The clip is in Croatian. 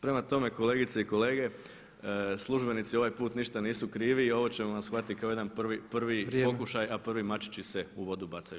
Prema tome, kolegice i kolege službenici ovaj put ništa nisu krivi i ovo ćemo vam shvatiti kao jedan prvi pokušaj, a prvi mačići se u vodu bacaju.